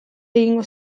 egingo